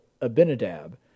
Abinadab